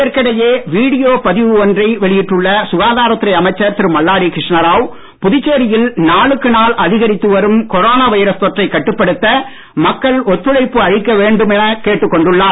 இதற்கிடையே வீடியோ பதிவு ஒன்றை வெளியிட்டுள்ள சுகாதாரத்துறை அமைச்சர் திரு மல்லாடி கிருஷ்ணாராவ் புதுச்சேரியில் நாளுக்கு நாள் அதிகரித்து வரும் கொரோனா வைரஸ் தொற்றை கட்டுப்படுத்த மக்கள் ஒத்துழைப்பு அளிக்க வேண்டும் என கேட்டுக் கொண்டுள்ளார்